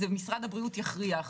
משרד הבריאות יכריח.